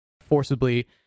forcibly